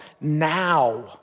now